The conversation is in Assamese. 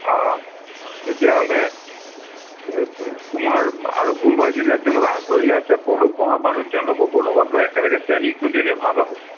অ তেতিয়াহ'লে তোমাৰ আৰু কোনোবা যদি তেনেকুৱা আগ্ৰহী আছে পলু পোহা মানুহ তেওঁলোককো লগত লৈ একেলগে ট্ৰেইনিঙটো দিলে ভাল হ'ব